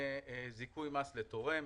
זיכוי מס לתורם